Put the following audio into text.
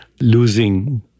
losing